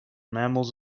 mammals